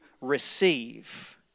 receive